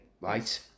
right